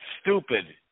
stupid